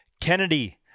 Kennedy